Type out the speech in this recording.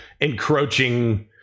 encroaching